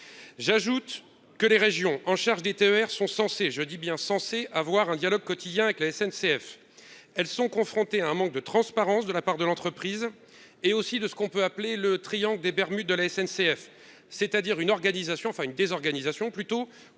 j'ajoute que les régions en charge des TER sont censés, je dis bien censé avoir un dialogue quotidien avec la SNCF, elles sont confrontées à un manque de transparence de la part de l'entreprise et aussi de ce qu'on peut appeler le triangle des Bermudes de la SNCF, c'est-à-dire une organisation enfin